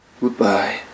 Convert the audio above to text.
Goodbye